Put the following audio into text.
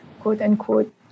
quote-unquote